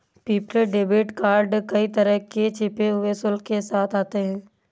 prepaid debit card कई तरह के छिपे हुए शुल्क के साथ आते हैं